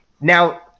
Now